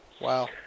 wow